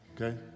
okay